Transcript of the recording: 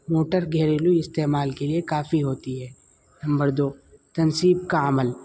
motor گھریلو استعمال کے لیے کافی ہوتی ہے نمبر دو تنصیب کا عمل